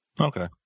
Okay